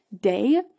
day